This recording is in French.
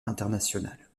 international